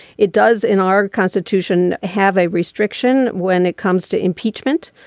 it does in our constitution have a restriction when it comes to impeachment.